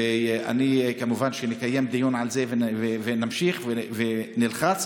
כמובן שנקיים דיון על זה ונמשיך ונלחץ,